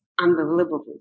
unbelievable